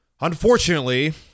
unfortunately